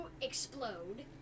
explode